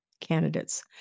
candidates